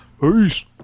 Peace